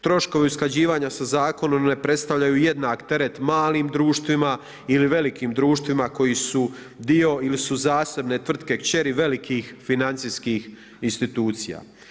Troškovi usklađivanja sa zakonom ne predstavljaju jednak teret malim društvima ili velikim društvima koji su dio ili su zasebne tvrtke kćeri velikih financijskih institucija.